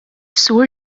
sur